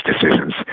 decisions